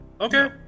Okay